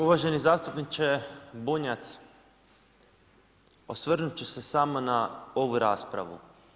Uvaženi zastupniče Bunjac, osvrnut ću se samo na ovu raspravu.